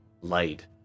light